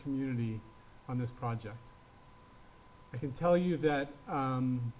community on this project i can tell you that